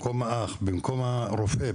האח או הרופא,